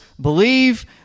believe